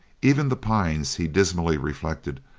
even the pines, he dismally reflected,